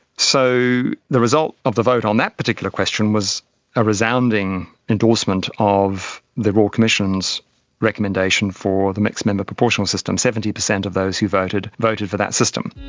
so the result of the vote on that particular question was a resounding endorsement of the royal commission's recommendation for the mixed member proportional system, seventy percent of those who voted, voted for that system.